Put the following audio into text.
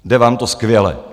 Jde vám to skvěle!